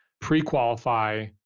pre-qualify